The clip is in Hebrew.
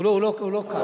הוא לא כאן.